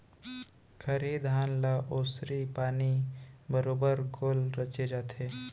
खरही धान ल ओसरी पानी बरोबर गोल रचे जाथे